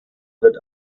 wird